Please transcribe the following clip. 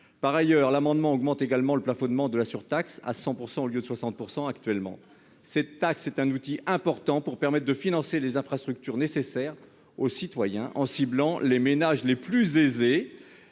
Par ailleurs, l'amendement tend à augmenter le plafonnement de la surtaxe à 100 % au lieu de 60 % actuellement. Cette taxe est un outil important pour financer les infrastructures nécessaires aux citoyens en ciblant les ménages les plus aisés,